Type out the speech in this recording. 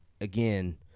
again